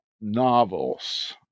novels